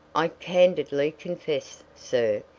i candidly confess, sir.